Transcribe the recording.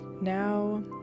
Now